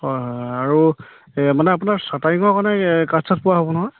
হয় হয় আৰু মানে আপোনাৰ চাটাৰিঙৰ কাৰণে কাঠ চাঠ পোৱা হ'ব নহয়